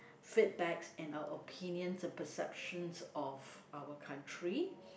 feedbacks and our opinions and perceptions of our country